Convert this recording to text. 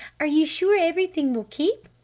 are you sure everything will keep?